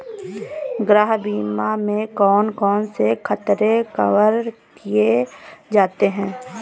गृह बीमा में कौन कौन से खतरे कवर किए जाते हैं?